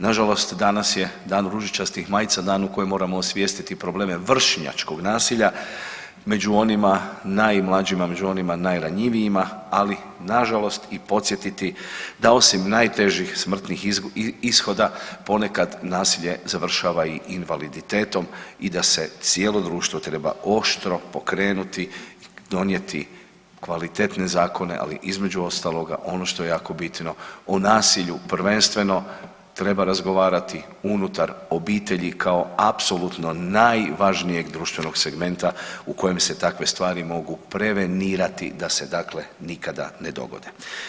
Nažalost danas je dan ružičastih majica dan u kojem moramo osvijestiti probleme vršnjačkog nasilja među onima najmlađima i među onima najranjivijima, ali nažalost i podsjetiti da osim najtežih smrtnih ishoda ponekad nasilje završava i invaliditetom i da se cijelo društvo treba oštro pokrenuti i donijeti kvalitetne zakone, ali između ostaloga ono što je jako bitno o nasilju prvenstveno treba razgovarati unutar obitelji kao apsolutno najvažnijeg društvenog segmenta u kojem se takve stvari mogu prevenirati da se dakle nikada ne dogode.